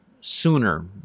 sooner